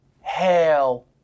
Hell